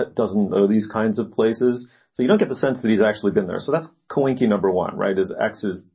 doesn't know these kinds of places you don't get the sense that he's actually been there. so let's call winkie number one, right. as x is,